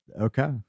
okay